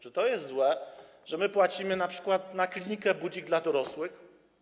Czy to jest złe, że płacimy np. na klinikę „Budzik” dla dorosłych?